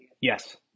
Yes